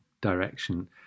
direction